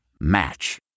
match